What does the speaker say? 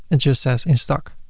it just says in stock,